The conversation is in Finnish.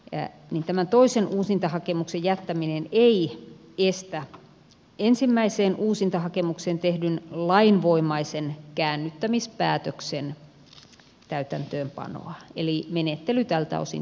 en tämän toisen turvapaikkahakemus jättäminen ei estä ensimmäiseen uusintahakemukseen tehdyn lainvoimaisen käännyttämispäätöksen täytäntöönpanoa eli menettely tältä osin tehostuu